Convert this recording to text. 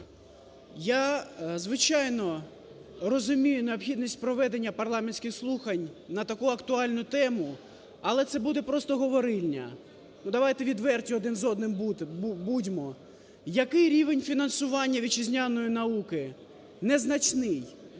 Я, звичайно, розумію необхідність проведення парламентських слухань на таку актуальну тему, але це буде просто говорильня, ну давайте відверті одним будьмо. Який рівень фінансування вітчизняної науки? Незначний.